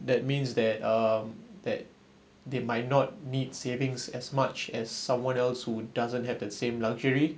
that means that um that they might not need savings as much as someone else who doesn't have the same luxury